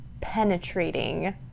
penetrating